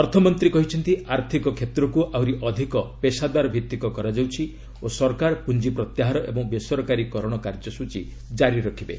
ଅର୍ଥମନ୍ତ୍ରୀ କହିଛନ୍ତି ଆର୍ଥକ କ୍ଷେତ୍ରକୁ ଆହୁରି ଅଧିକ ପେଶାଦାର ଭିତ୍ତିକ କରାଯାଉଛି ଓ ସରକାର ପୁଞ୍ଜି ପ୍ରତ୍ୟାହାର ଏବଂ ବେସରକାରୀକରଣ କାର୍ଯ୍ୟସୂଚୀ ଜାରି ରଖିବେ